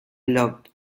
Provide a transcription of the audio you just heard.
locked